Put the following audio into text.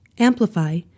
Amplify